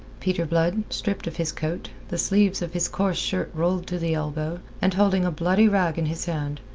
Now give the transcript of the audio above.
peter blood, stripped of his coat, the sleeves of his coarse shirt rolled to the elbow, and holding a bloody rag in his hand,